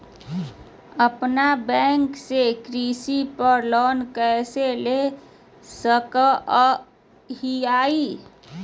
अपना बैंक से कृषि पर लोन कैसे ले सकअ हियई?